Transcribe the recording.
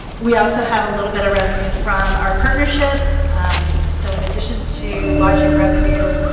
we also have a little bit of revenue from our partnership so in addition to lodging revenue,